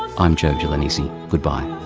i'm joe gelonesi, good bye